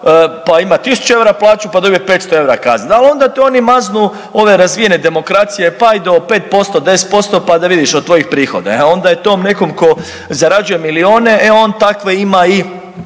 pa ima 1.000 EUR-a plaću, pa dobije 500 EUR-a kaznu. Ali onda to oni maznu ove razvijene demokracije pa i do 5%, 10% pa da vidiš od tvojih prihoda. E onda je tom nekom tko zarađuje milione e on takve ima i